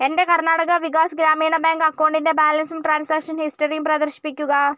എൻ്റെ കർണാടക വികാസ് ഗ്രാമീണ ബാങ്ക് അക്കൗണ്ടിൻ്റെ ബാലൻസും ട്രാൻസാക്ഷൻ ഹിസ്റ്ററിയും പ്രദർശിപ്പിക്കുക